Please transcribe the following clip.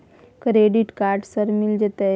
Credit card सर मिल जेतै?